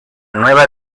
nueva